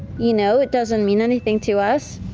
you know it doesn't mean anything to us,